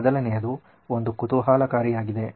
ಮೊದಲನೆಯದು ಒಂದು ಕುತೂಹಲಕಾರಿಯಾಗಿದೆ